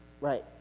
Right